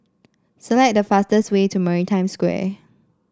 select the fastest way to Maritime Square